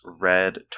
Red